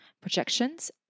projections